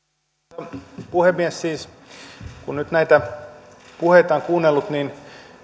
arvoisa puhemies kun nyt näitä puheita on kuunnellut niin